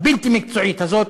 הבלתי-מקצועית הזאת,